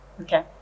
Okay